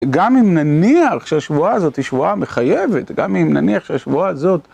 גם אם נניח שהשבועה הזאת היא שבועה מחייבת, גם אם נניח שהשבועה הזאת...